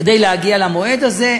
להגיע למועד הזה.